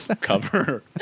Cover